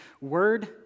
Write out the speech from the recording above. word